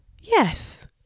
Yes